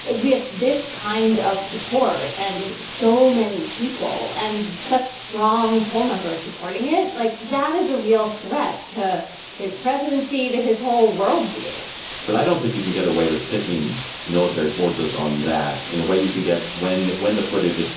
with this kind of support and so many people and such strong poll numbers supporting it like that is a real threat to his presidency, to his whole world view but i don't think you can get away with sicking military forces on that in a way you can get when when the footage.